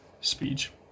speech